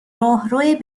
راهرو